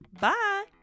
bye